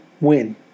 win